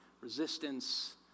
resistance